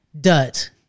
Dirt